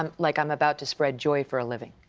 um like i'm about to spread joy for a living,